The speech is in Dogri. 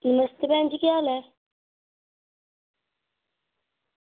नमस्ते भैन जी केह् हाल ऐ